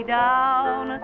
down